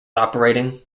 operating